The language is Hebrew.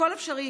הכול אפשרי,